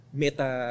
meta